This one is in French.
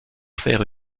faire